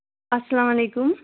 اسلامُ علیکُم